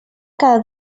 cada